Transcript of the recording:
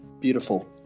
Beautiful